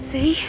See